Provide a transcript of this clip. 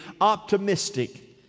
optimistic